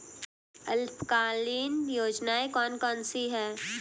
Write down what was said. अल्पकालीन योजनाएं कौन कौन सी हैं?